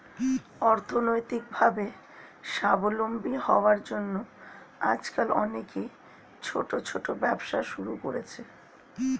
অর্থনৈতিকভাবে স্বাবলম্বী হওয়ার জন্য আজকাল অনেকেই ছোট ছোট ব্যবসা শুরু করছে